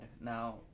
Now